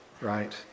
right